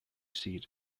seat